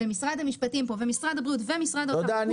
ומשרד המשפטים ומשרד הבריאות ומשרד האוצר כולם